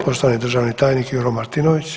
Poštovani državni tajnik Juro Martinović.